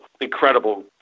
incredible